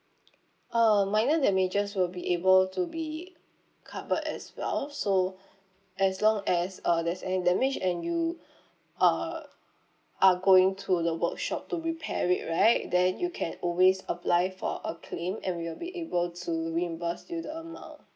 um minor damages will be able to be covered as well so as long as uh there's any damage and you uh are going to the workshop to repair it right then you can always apply for a claim and we will be able to reimburse you the amount